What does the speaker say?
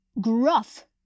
gruff